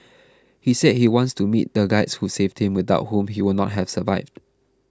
he said he wants to meet the guides who saved him without whom he would not have survived